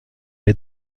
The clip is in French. les